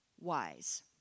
wise